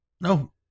No